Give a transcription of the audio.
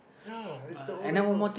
ya it's the O-levels